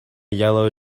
yellow